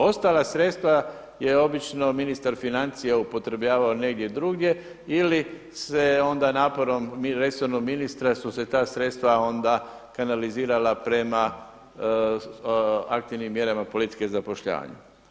Ostala sredstva je obično ministar financija upotrebljavao negdje drugdje ili se onda naporom resornog ministra su se ta sredstva onda kanalizirala prema aktivnim mjerama politike zapošljavanja.